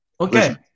Okay